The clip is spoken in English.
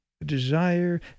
desire